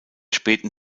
späten